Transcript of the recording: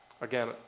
Again